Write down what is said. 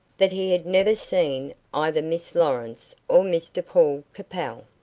that he had never seen either miss lawrence or mr paul capel.